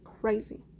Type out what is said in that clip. crazy